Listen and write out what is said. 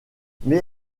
mais